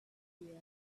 year